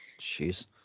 Jeez